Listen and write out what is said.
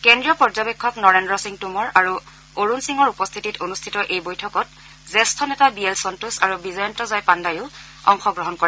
কেন্দ্ৰীয় পৰ্যবেক্ষক নৰেন্দ্ৰ সিং টোমৰ আৰু অৰুণ সিঙৰ উপস্থিতিত অনুষ্ঠিত এই বৈঠকত জ্যেষ্ঠ নেতা বি এল সন্তোষ আৰু বিজয়ন্ত জয় পাণ্ডায়ো অংশগ্ৰহণ কৰে